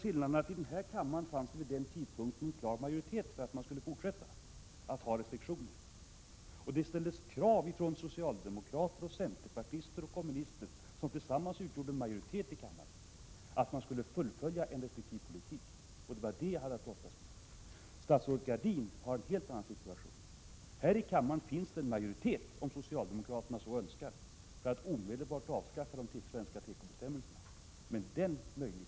Skillnaden är att det då i kammaren förelåg en klar majoritet för att man skulle fortsätta att ha restriktioner. Det ställdes krav från socialdemokrater, centerpartister och kommunister, som tillsammans utgjorde en majoritet i kammaren, att man skulle fullfölja en restriktiv politik, och det var vad jag hade att brottas med. Statsrådet Gradin har en helt annan situation. Här i denna kammare finns = Prot. 1987/88:19 det en majoritet, om socialdemokraterna så önskar, för att omedelbart 9 november 1987 avskaffa de svenska tekobestämmelserna.